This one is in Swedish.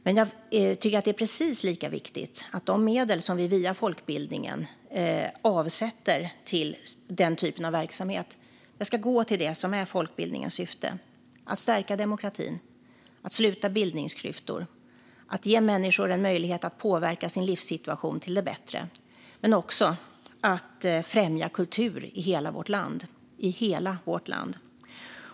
Men jag tycker att det är precis lika viktigt att de medel som vi via Folkbildningsrådet avsätter till den typen av verksamhet ska gå till det som är folkbildningens syfte: att stärka demokratin, sluta bildningsklyftor och ge människor en möjlighet att påverka sin livssituation till det bättre men också att främja kultur i hela vårt land. I hela vårt land.